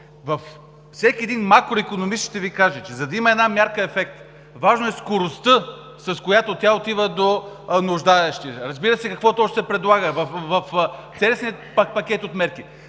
Всеки един макроикономист ще Ви каже, че за да има една мярка ефект, важно е скоростта, с която тя отива до нуждаещите се, разбира се, какво ще предлага в целия пакет от мерки?